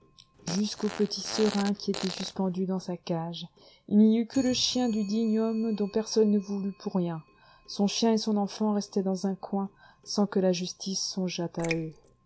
jusqu'au petit serin qui était suspendu dans sa cage il n'y eut que le chien du digne homme dont personne ne voulut pour rien son chien et son enfant restaient dans un coin sans que la justice songeât à eux